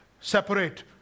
separate